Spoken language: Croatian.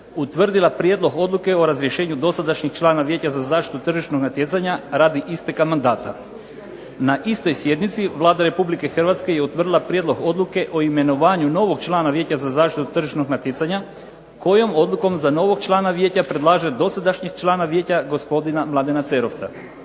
utvrdila Prijedlog odluke o razrješenju dosadašnjeg člana Vijeća za zaštitu tržišnog natjecanja radi isteka mandata. Na istoj sjednici Vlada Republike Hrvatske je utvrdila Prijedlog odluke o imenovanju novog člana Vijeća za zaštitu tržišnog natjecanja kojom odlukom za novog člana vijeća predlaže dosadašnjeg člana vijeća gospodina Mladena Cerovca.